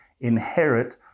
inherit